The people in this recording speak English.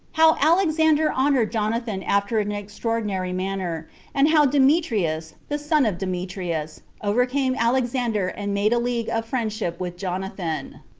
how alexander honored jonathan after an extraordinary manner and how demetrius, the son of demetrius, overcame alexander and made a league of friendship with jonathan.